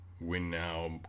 win-now